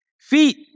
feet